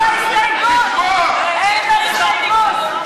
אין לו הסתייגות.